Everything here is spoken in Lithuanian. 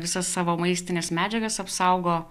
visas savo maistines medžiagas apsaugo